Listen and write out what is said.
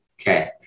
Okay